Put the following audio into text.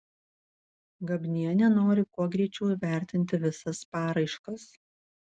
gabnienė nori kuo greičiau įvertinti visas paraiškas